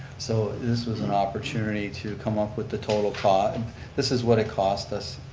so this was an opportunity to come up with the total costs. this is what it costs us